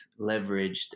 leveraged